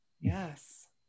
Yes